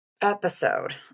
episode